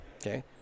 Okay